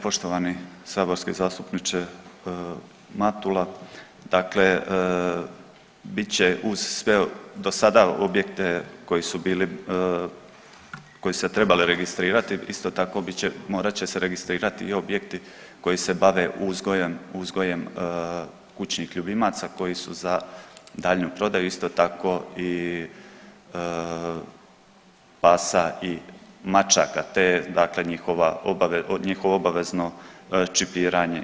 Poštovani saborski zastupniče Matula, dakle bit će uz sve do sada objekte koji su bili, koji su se trebali registrirati, isto tako bit će, morat će se registrirati i objekti koji se bave uzgojem, uzgojem kućnih ljubimaca koji su za daljnju prodaju, isto tako i pasa i mačaka te dakle njihovo obavezano čipiranje.